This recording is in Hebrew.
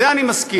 זה אני מסכים,